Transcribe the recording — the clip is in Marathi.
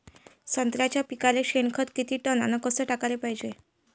संत्र्याच्या पिकाले शेनखत किती टन अस कस टाकाले पायजे?